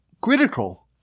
critical